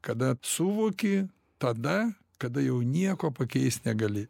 kada suvoki tada kada jau nieko pakeist negali